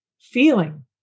feeling